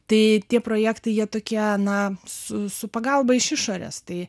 tai tie projektai jie tokie na su su pagalba iš išorės tai